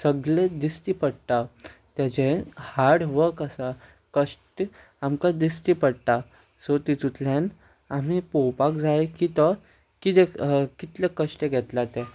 सगळें दिश्टी पडटा ताचें हार्ड वर्क आसा कश्ट आमकां दिश्टी पडटा सो तातुंतल्यान आमी पळोवपाक जाय की तो कितें कितले कश्ट घेतला तें